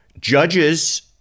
judges